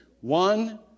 One